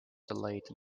delayed